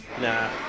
Nah